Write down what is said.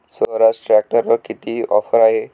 स्वराज ट्रॅक्टरवर किती ऑफर आहे?